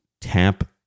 tap